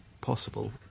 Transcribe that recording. possible